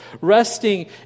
resting